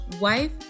wife